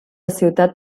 ciutat